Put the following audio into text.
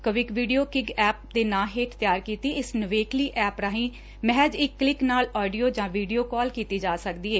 quick video ਕਿਗ app ਦੇ ਨਾਂ ਹੇਠ ਤਿਆਰ ਕੀਡੀ ਇਸ ਨਿਵੇਕਲੀ ਐਪ ਰਾਹੀ ਮਹਿਜ਼ ਇੱਕ ਕਲਿੱਕ ਨਾਲ ਆਡੀਓ ਜਾਂ ਵੀਡੀਓ ਕਾਲ ਕੀਤੀ ਜਾ ਸਕਦੀ ਐ